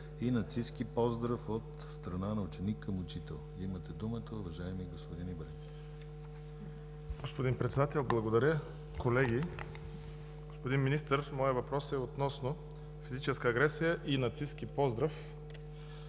и нацистки поздрав от страна на ученик към учител. Имате думата, уважаеми господин Ибрямов. ДЖЕЙХАН ИБРЯМОВ (ДПС): Господин Председател, благодаря. Колеги! Господин Министър, моят въпрос е относно физическа агресия и нацистки поздрав